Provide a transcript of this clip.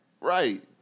Right